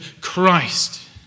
Christ